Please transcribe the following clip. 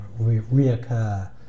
reoccur